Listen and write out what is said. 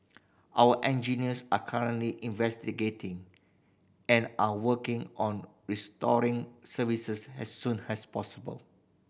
our engineers are currently investigating and are working on restoring services as soon as possible